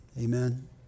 Amen